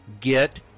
get